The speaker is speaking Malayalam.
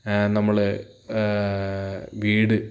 നമ്മൾ വീട്